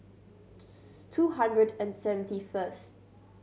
two hundred and seventy first